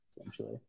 essentially